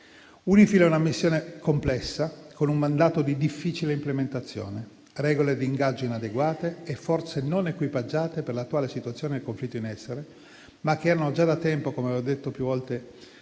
UNIFIL è una missione complessa, con un mandato di difficile implementazione, regole d'ingaggio inadeguate e forze non equipaggiate per l'attuale situazione del conflitto in essere, ma che, come avevo detto più volte